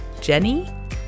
Jenny